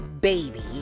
baby